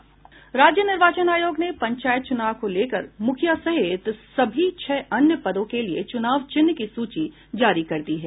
राज्य निर्वाचन आयोग ने पंचायत चुनाव को लेकर मुखिया सहित सभी छह अन्य पदों के लिए चुनाव चिन्ह की सूची जारी कर दी है